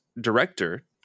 director